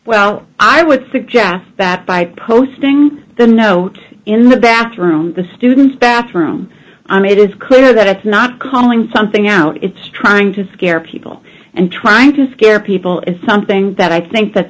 well i would suggest that by posting the note in the bathroom the students bathroom i made it clear that it's not calling something out it's trying to scare people and trying to scare people it's something that i think that